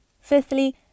fifthly